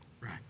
right